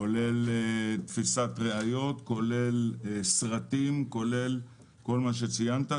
כולל תפיסת ראיות, כולל סרטים, כולל כל מה שציינת.